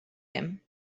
him